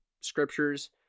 scriptures